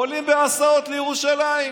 עולים בהסעות לירושלים.